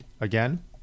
Again